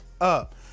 up